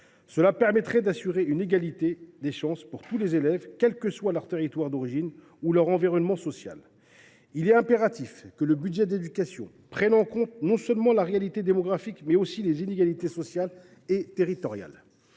Cela permettrait d’assurer une égalité des chances entre tous les élèves, quels que soient leur territoire d’origine ou leur environnement social. Il est impératif que le budget de l’éducation prenne en compte non seulement la réalité démographique, mais aussi les inégalités sociales et territoriales.